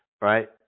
right